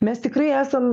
mes tikrai esam